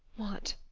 what,